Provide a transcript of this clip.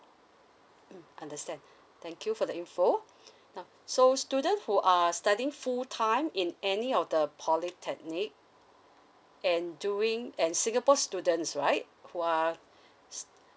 mm understand thank you for the info now so student who are studying full time in any of the polytechnic and doing and singapore students right who are